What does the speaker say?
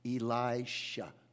Elisha